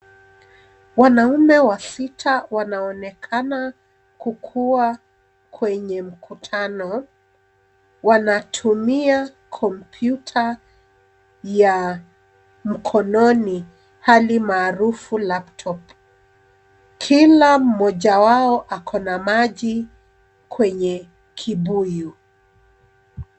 Wanaume wasita wanaonekana kukuwa kwenye mkutano. Wanatumia kompyuta ya mkononi hali maarufu laptop .Kila mmoja wao akona maji kwenye kibuyu.